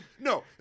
No